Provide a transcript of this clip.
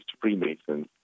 Freemasons